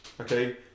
Okay